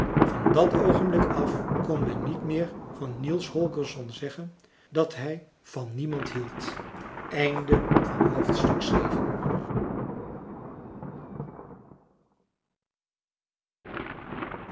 van dat oogenblik af kon men niet meer van niels holgersson zeggen dat hij van niemand hield